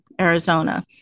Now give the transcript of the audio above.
Arizona